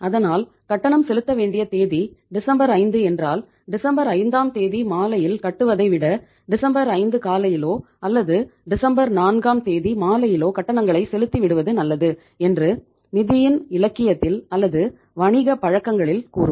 அதனால் கட்டணம் செலுத்த வேண்டிய தேதி டிசம்பர் 5 என்றால் டிசம்பர் ஐந்தாம் தேதி மாலையில் கட்டுவதைவிட டிசம்பர் 5 காலையிலோ அல்லது டிசம்பர் 4 ஆம் தேதி மாலையிலோ கட்டணங்களை செலுத்தி விடுவது நல்லது என்று நிதியின் இலக்கியத்தில் அல்லது வணிக பழக்கங்களில் கூறுவர்